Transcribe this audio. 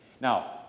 Now